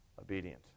obedient